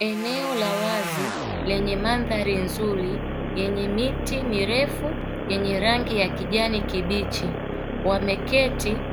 Eneo la wazi, lenye mandhari nzuri, yenye miti mirefu yenye rangi ya kijani kibichi. Wameketi